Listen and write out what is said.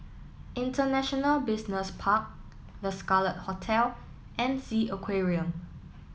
International Business Park The Scarlet Hotel and S E A Aquarium